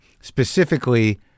specifically